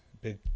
big